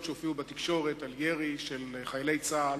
שהופיעו בתקשורת על ירי של חיילי צה"ל.